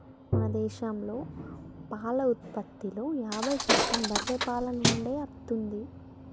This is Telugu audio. మన దేశంలో పాల ఉత్పత్తిలో యాభై శాతం బర్రే పాల నుండే అత్తుంది